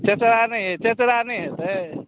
चेचरा नहि अइ चेचरा नहि हेतै